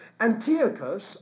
Antiochus